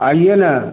आइए न